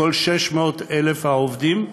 לכל 600,000 העובדים,